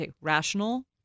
rational